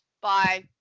Bye